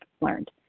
learned